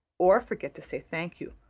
or forget to say thank you.